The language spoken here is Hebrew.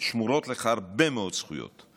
ושמורות לך הרבה מאוד זכויות.